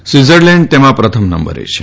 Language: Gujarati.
સ્વીટઝર્લેન્ડ તેમાં પ્રથમ નંબરે છે